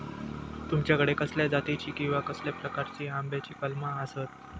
तुमच्याकडे कसल्या जातीची किवा कसल्या प्रकाराची आम्याची कलमा आसत?